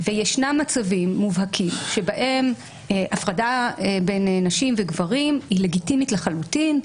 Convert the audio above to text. וישנם מצבים מובהקים שבהם הפרדה בין נשים וגברים היא לגיטימית לחלוטין,